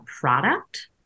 product